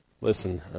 Listen